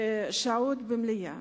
ושעות במליאה.